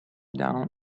down